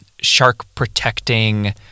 shark-protecting